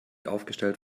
aufgestellt